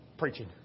Preaching